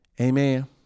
Amen